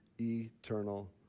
eternal